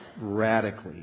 radically